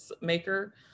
maker